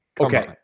Okay